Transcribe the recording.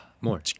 More